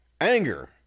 Anger